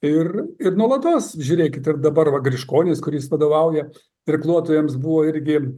ir ir nuolatos žiūrėkit ir dabar va griškonis kuris vadovauja irkluotojams buvo irgi